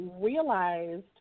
realized